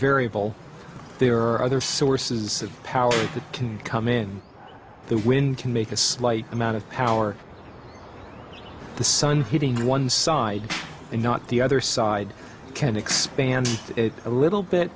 variable there are other sources of power that can come in the wind can make a slight amount of power the sun hitting one side and not the other side can expand a little bit